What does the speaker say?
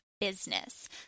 business